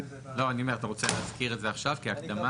אני אומר, אתה רוצה להזכיר את זה עכשיו כהקדמה?